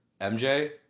MJ